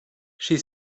she